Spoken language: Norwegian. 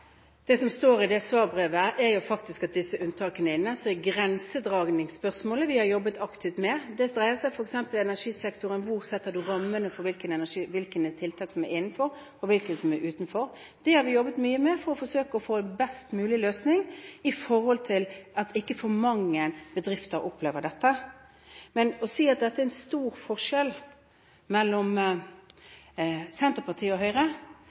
Det som står i det svarbrevet, er at disse unntakene er inne. Så det er grensedragningsspørsmålet vi har jobbet aktivt med. Det dreier seg f.eks. i energisektoren om hvor man setter rammene for hvilke tiltak som er innenfor, og hvilke som er utenfor. Det har vi jobbet mye med for å forsøke å få en best mulig løsning, for at ikke for mange bedrifter skal oppleve dette. Men å si at det er en stor forskjell mellom Senterpartiet og Høyre: